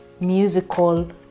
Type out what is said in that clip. musical